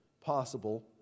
possible